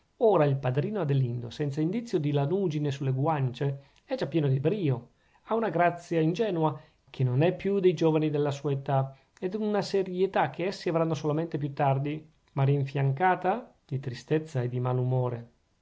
ora il padrino adelindo senza indizio di lanugine sulle guance è già pieno di brio ha una grazia ingenua che non è più dei giovani alla sua età ed una serietà che essi avranno solamente più tardi ma rinfiancata di tristezza e di